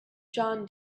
jon